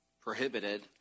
prohibited